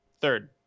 Third